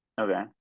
Okay